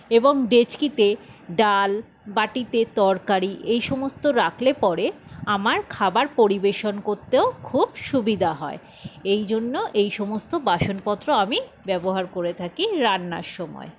এবং ডেচকিতে ডাল বাটিতে তরকারি এই সমস্ত রাখলে পরে আমার খাবার পরিবেশন করতেও খুব সুবিধা হয় এই জন্য এই সমস্ত বাসনপত্র আমি ব্যবহার করে থাকি রান্নার সময়